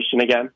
again